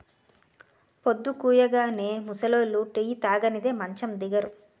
పొద్దుకూయగానే ముసలోళ్లు టీ తాగనిదే మంచం దిగరు